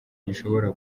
gishobora